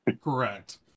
Correct